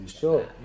sure